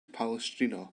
palestrina